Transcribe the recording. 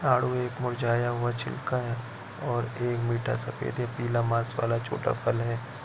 आड़ू एक मुरझाया हुआ छिलका और एक मीठा सफेद या पीला मांस वाला छोटा फल है